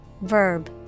verb